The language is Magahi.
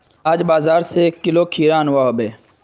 आज बाजार स एक किलो खीरा अनवा हबे